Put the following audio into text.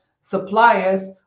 suppliers